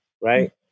right